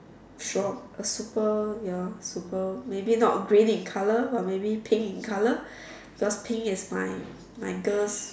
strong a super you know super maybe not green in color but maybe pink in color because pink is my my girl's